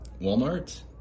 Walmart